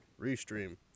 Restream